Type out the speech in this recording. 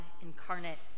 incarnate